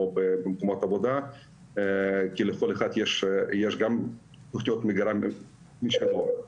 במקומות העבודה כי יש להם תוכניות מגירה משלהם.